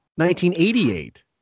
1988